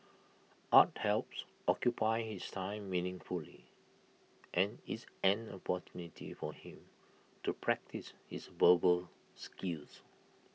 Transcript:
art helps occupy his time meaningfully and is an opportunity for him to practise his verbal skills